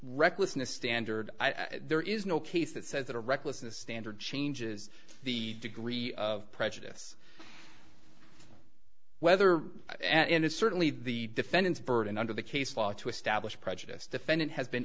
recklessness standard there is no case that says that a recklessness standard changes the degree of prejudice whether and it's certainly the defendant's burden under the case law to establish prejudiced defendant has been